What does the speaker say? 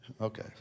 Okay